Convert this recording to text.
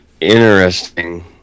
interesting